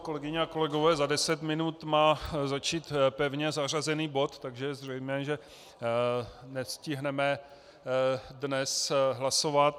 Kolegyně a kolegové, za deset minut má začít pevně zařazený bod, takže je zřejmé, že nestihneme dnes hlasovat.